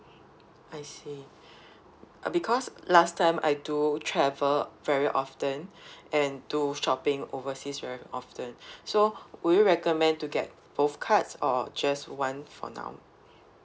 I see uh because last time I do travel very often and do shopping overseas very often so would you recommend to get both cards or just one for now